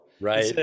Right